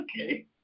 Okay